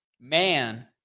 man